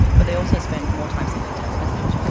but they also spend more time sending text messages.